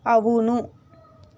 అవును